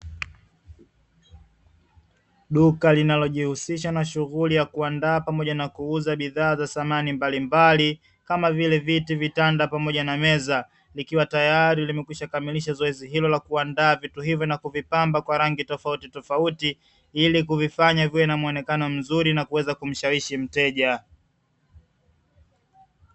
Duka linalojihusisha na shughuli ya kuandaa pamoja na kuuz bidhaa za samani mbalimbali. Kama vile viti, vitanda pamoja na meza likiwa tayari limekwisha kamilisha zoezi hilo la kuandaa vitu hivyo, na kuvipamba kwa rangi tofautitofauti ili kuvifanya kuwa na muonekano mzuri na kuweza kumshawishi mteja.